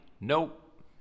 Nope